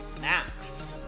Max